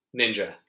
ninja